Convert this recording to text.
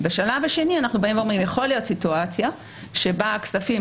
בשלב השני אנחנו אומרים שיכולה להיות סיטואציה שבה הכספים